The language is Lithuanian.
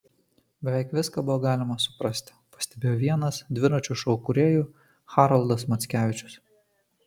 beveik viską buvo galima suprasti pastebėjo vienas dviračio šou kūrėjų haroldas mackevičius